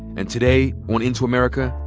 and today on into america,